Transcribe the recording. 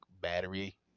battery